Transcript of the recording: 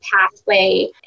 pathway